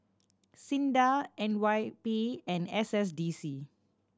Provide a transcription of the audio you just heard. SINDA N Y P and S S D C